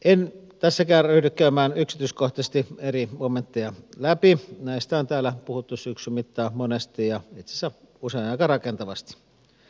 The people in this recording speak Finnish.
en tässäkään ryhdy käymään yksityiskohtaisesti eri kommentteja läpi meistä täällä puhuttu syksyn mittaan monesti itse usein epärakentavasti